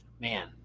man